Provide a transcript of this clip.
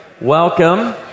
Welcome